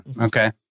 Okay